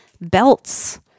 belts